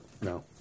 no